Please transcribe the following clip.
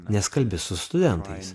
nes kalbi su studentais